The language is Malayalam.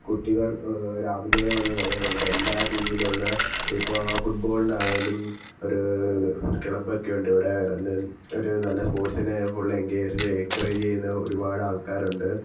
കുട്ടികൾ രാവിലെ വന്ന് കളികളുണ്ട് എല്ലാ രീതിയിലും ഉള്ള ഇപ്പം ഫുട്ബോളിനായാലും ഒരു ക്ലബ്ബോക്കെ ഉണ്ടിവിടെ എന്നും ഒരു നല്ല സ്പോർട്സിനെ ഫുൾ ഇൻകേർജ് എൻകറേജ് ചെയ്യുന്ന ഒരുപാട് ആൾക്കാരുണ്ട്